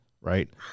Right